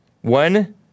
One